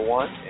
one